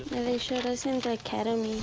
they showed us in the academy.